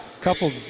couple